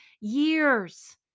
years